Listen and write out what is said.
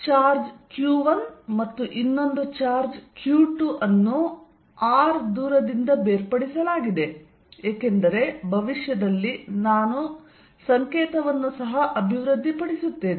ಆದ್ದರಿಂದ charge q1 ಮತ್ತು ಇನ್ನೊಂದು ಚಾರ್ಜ್ q2 ಅನ್ನು r ದೂರದಿಂದ ಬೇರ್ಪಡಿಸಲಾಗಿದೆ ಏಕೆಂದರೆ ಭವಿಷ್ಯಕ್ಕಾಗಿ ನಾನು ಸಂಕೇತವನ್ನು ಸಹ ಅಭಿವೃದ್ಧಿಪಡಿಸುತ್ತೇನೆ